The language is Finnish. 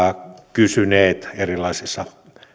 kysyneet erilaisissa